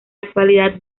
actualidad